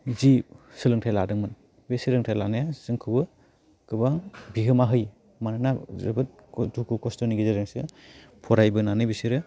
जि सोलोंथाइ लादोंमोन बे सोलोंथाइ लानाया जोंखौबो गोबां बिहोमा होयो मानोना जोबोर दुखु खस्थनि गेजेरजोंसो फरायबोनानै बिसोरो